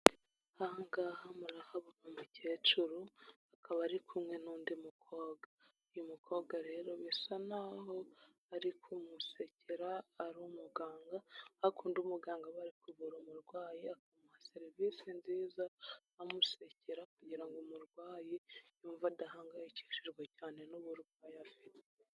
Aha ngaha murahabona umukecuru, akaba ari kumwe n'undi mukobwa, uyu mukobwa rero bisa n'aho ari kumusekera ari umuganga, kwa kundi umuganga aba ari kuvura umurwayi akamuha serivisi nziza amusekera, kugira ngo umurwayi yumve adahangayikishijwe cyane n'uburwayi afite.